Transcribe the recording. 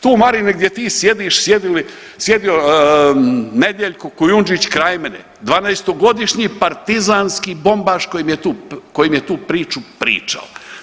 Tu Marine gdje ti sjediš sjedio Nedjeljko Kujundžić kraj mene, dvanaestogodišnji partizanski bombaš koji mi je tu priču pričao.